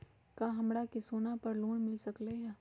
का हमरा के सोना पर लोन मिल सकलई ह?